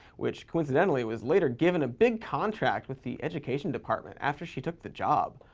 which coincidentally was later given a big contract with the education department after she took the job.